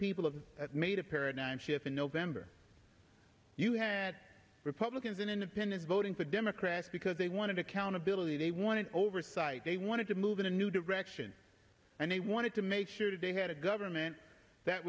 people have made a paradigm shift in november you had republicans and independents voting for democrats because they wanted to accountability they wanted oversight they wanted to move in a new direction and they wanted to make sure that they had a government that